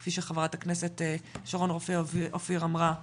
כפי שח"כ שרון רופא אופיר אמרה,